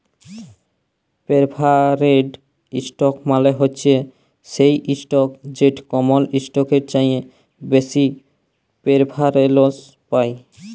perforated ইসটক মালে হছে সেই ইসটক যেট কমল ইসটকের চাঁঁয়ে বেশি পেরফারেলস পায়